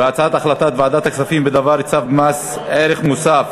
ועל הצעת ועדת הכספים בדבר צו מס ערך מוסף